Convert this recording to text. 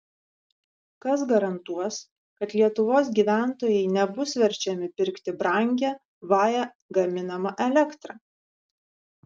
kas garantuos kad lietuvos gyventojai nebus verčiami pirkti brangią vae gaminamą elektrą